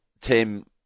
Tim